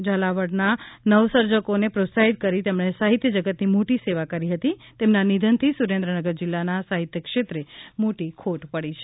ઝાલાવાડના નવસર્જકોને પ્રોત્સાહિત કરી તેમણે સાહિત્ય જગતની મોટી સેવા કરી હતી તેમના નિધનથી સુરેન્દ્રનગર જિલ્લાના સાહિત્યક્ષેત્રે મોટી ખોટ પડી છે